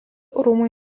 rūmai